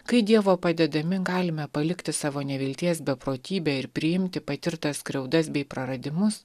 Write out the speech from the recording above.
kai dievo padedami galime palikti savo nevilties beprotybę ir priimti patirtas skriaudas bei praradimus